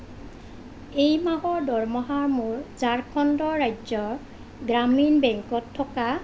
এই মাহৰ দৰমহা মোৰ ঝাৰখণ্ড ৰাজ্য গ্ৰামীণ বেংকত থকা